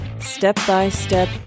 step-by-step